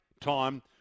time